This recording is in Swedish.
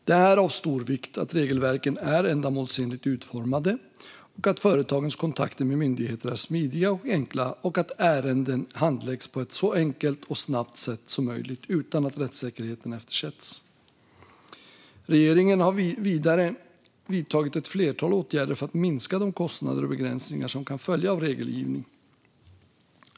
Det är av stor vikt att regelverken är ändamålsenligt utformade, att företagens kontakter med myndigheter är smidiga och enkla och att ärenden handläggs på ett så enkelt och snabbt sätt som möjligt utan att rättssäkerheten eftersätts. Regeringen har vidare vidtagit ett flertal åtgärder för att minska de kostnader och begränsningar som kan följa av regelgivning.